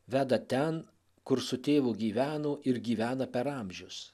veda ten kur su tėvu gyveno ir gyvena per amžius